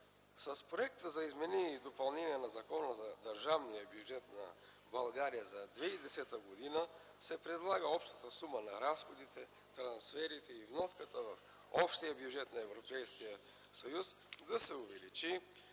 С Проекта за изменение и допълнение на Закона за държавния бюджет на Република България за 2010 г. се предлага общата сума на разходите, трансферите и вноската в общия бюджет на Европейския съюз да се увеличи